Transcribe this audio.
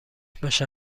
باشن